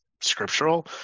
scriptural